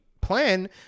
plan